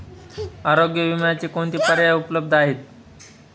आरोग्य विम्याचे कोणते पर्याय उपलब्ध आहेत?